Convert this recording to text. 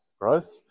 growth